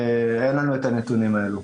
אין לנו את הנתונים האלה.